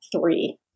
three